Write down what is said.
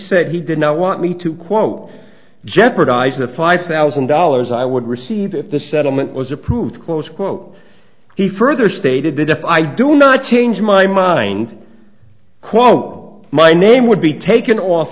said he did not want me to quote jeopardize the five thousand dollars i would receive if the settlement was approved close quote he further stated that if i do not change my mind quote or my name would be taken off